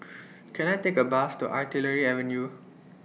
Can I Take A Bus to Artillery Avenue